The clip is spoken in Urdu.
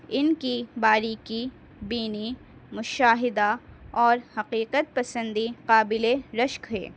ان کی باریکی بینی مشاہدہ اور حقیقت پسندی قابل رشک ہے